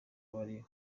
wari